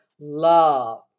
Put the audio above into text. love